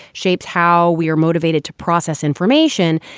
shapes how we are motivated to process information.